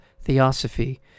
theosophy